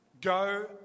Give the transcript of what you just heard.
Go